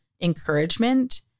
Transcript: encouragement